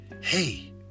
Hey